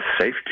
Safety